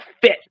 fit